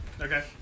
Okay